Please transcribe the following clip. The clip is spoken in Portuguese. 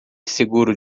seguro